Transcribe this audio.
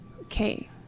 okay